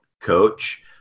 coach